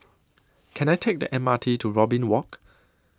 Can I Take The M R T to Robin Walk